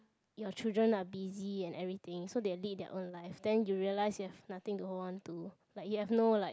your children are busy and everything so they lead their own life then you realise you have nothing to hold on to like you have no like